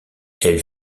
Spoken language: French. elles